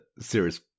serious